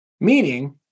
meaning